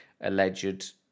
alleged